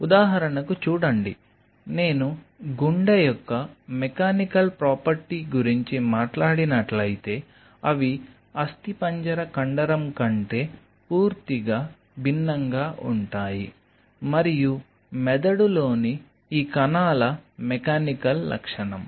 ఉదాహరణకు చూడండి నేను గుండె యొక్క మెకానికల్ ప్రాపర్టీ గురించి మాట్లాడినట్లయితే అవి అస్థిపంజర కండరం కంటే పూర్తిగా భిన్నంగా ఉంటాయి మరియు మెదడులోని ఈ కణాల మెకానికల్ లక్షణం